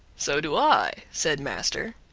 so do i, said master,